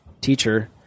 teacher